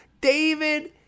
David